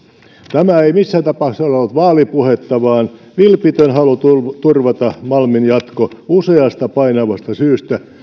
tämä ei missään tapauksessa ole ollut vaalipuhetta vaan vilpitön halu turvata turvata malmin jatko useasta painavasta syystä